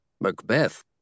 Macbeth